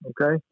Okay